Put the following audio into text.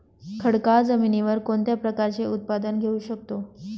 खडकाळ जमिनीवर कोणत्या प्रकारचे उत्पादन घेऊ शकतो?